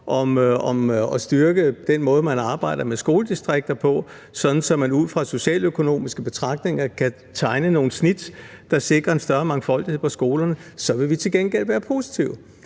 om at styrke den måde, man arbejder med skoledistrikter på, sådan at man ud fra socialøkonomiske betragtninger kan lave nogle snit, der sikrer en større mangfoldighed på skolerne, vil vi til gengæld være positive.